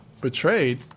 betrayed